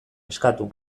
eskatu